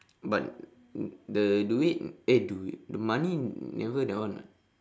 but the duit eh duit the money never that one [what]